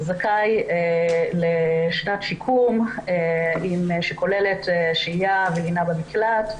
זכאי לשנת שיקום שכוללת שהייה ולינה במקלט,